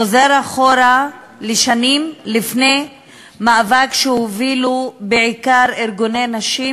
חוזר אחורה לשנים שלפני המאבק שהובילו בעיקר ארגוני נשים